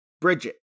Bridget